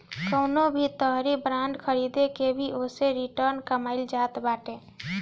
कवनो भी तरही बांड खरीद के भी ओसे रिटर्न कमाईल जात बाटे